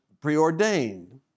preordained